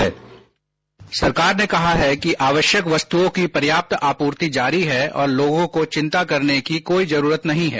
sound bite सरकार ने कहा है कि आवश्यक वस्तुओं की पर्याप्त आपूर्ति जारी है और लोगों को चिंता करने की कोई जरूरत नहीं है